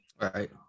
Right